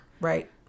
Right